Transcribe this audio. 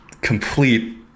complete